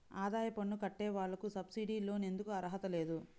ఆదాయ పన్ను కట్టే వాళ్లకు సబ్సిడీ లోన్ ఎందుకు అర్హత లేదు?